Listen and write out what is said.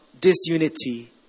disunity